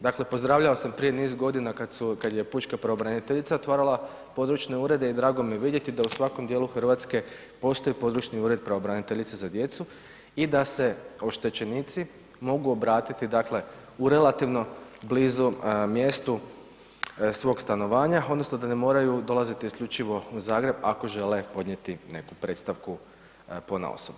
Dakle, pozdravljao sam prije niz godina kad je Pučka pravobraniteljica otvarala područne urede i drago mi je vidjeti da u svakom dijelu Hrvatske postoje Područni ured Pravobraniteljice za djecu i da se oštećenici mogu obratiti dakle u relativno blizu mjestu svog stanovanja, odnosno da ne moraju dolaziti isključivo u Zagreb, ako žele podnijeti neku predstavku ponaosob.